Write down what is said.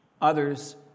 Others